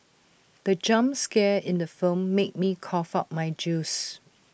the jump scare in the film made me cough out my juice